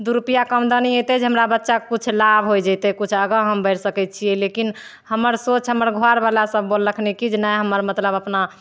दुइ रुपैआके आमदनी अएतै जे हमरा बच्चाके किछु लाभ हो जएतै किछु आगाँ हम बढ़ि सकै छिए लेकिन हमर सोच हमर घरवलासभ बोललखिन कि जे नहि हमर मतलब अपना